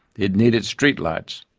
it needed street lights.